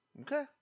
Okay